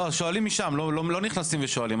שואלים משם, לא נכנסים ושואלים.